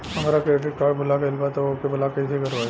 हमार credit card भुला गएल बा त ओके ब्लॉक कइसे करवाई?